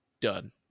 done